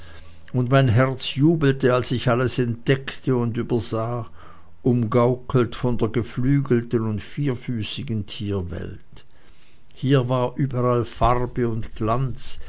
und mein herz jubelte als ich alles entdeckte und übersah umgaukelt von der geflügelten und vierfüßigen tierwelt hier war überall farbe und glanz